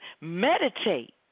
meditate